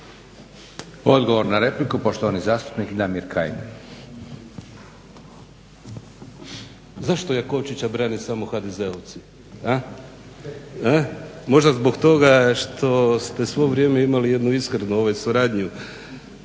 Odgovor na repliku, poštovani zastupnik Damir Kajin. **Kajin, Damir (IDS)** Zašto Jakovčića brane samo HDZ-ovci? Možda zbog toga što ste svo vrijeme imali jednu iskrenu suradnju